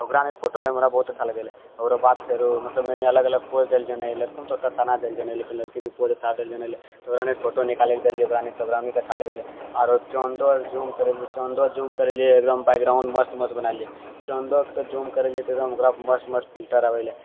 ओकरा ने फोटो लयमे हमरा बहुत अच्छा लगै ले ओकर बाद फेरो मतलब मने अलग अलग पोज देल जंँ लेलखुन तऽ लड़की ने पोज अच्छा देलिऐ नहि ऐलै ओकरामे फोटो नीक ऐलै देलिऐ ओकरा तऽ ओकरा नी के अच्छा लगेले आओर ज़ूम करए लिए ज़ूम करए लिए एकदम बैकग्राउंड मस्त मस्त बना लेलिऐ ज़ूम करए लिए तऽ एकदम ओकरा मस्त मस्त फिल्टर आबए ले